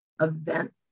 event